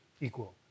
equal